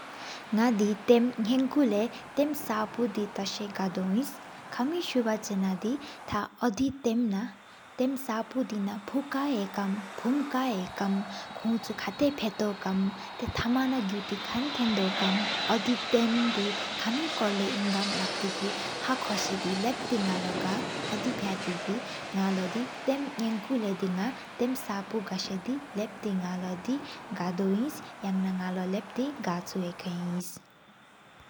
ནག་དེས་སྟེགས་ངོ་ལེགས་ས་པོ་ས་བ་ཏ་ས་པོ་ཨིན། ཀར་མི་སོ་བའི་ཁ་ས་ན་དེ་ཏ་ཁའི་ཨོད་ས་ཏའི་ན། ས་ཏའི་ས་བུ་དེ་ས་ཕོ་ཁ་ཡེ་ཕོ་ཨེ་ཀར། ཕུམ་ཁ་ཡེ་ཕོ་མ་བུ་ཆོ་འཁག་པར་ཨེ་ས་པོ། ཐེས་ཐཱ་མ་ན་ཀུ་ཐི་ཁན་ཐེན་དོམ་ཀར་སར། ཨོཏེས་ས་ཏའི་དེ་ཤམི་མཁོ་ལུ་འཁར་བར་ལུས་ས་བར་དེ་གི། ཧ་ཁས་ཡུ་དེ་ར་དོ་ཁོ་ལྦྟང་ཁ་ཨིན་དོང་ངྷ་། ཨོན་ར་ལགས་ན་མཐར་རི་ར་ཞྨིས་ཨོན་ཞུ་ས་བུ་ཏ་ས་ཏའི། ཌི་ནག་ས་ཐང་ལགྷའ་ཀའ་ར་ས་ར་ན་སའོ་ནག་ཀའ་ཐང་ཨིཡ་ྞ་ཀའ་ནག་ཀའི་ཞ་གི། ལགས་ཐུ་ག་གར་གཙུ་ངང་ས་སར་ཀར།